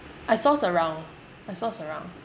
I source around I source around